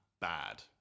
bad